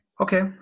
okay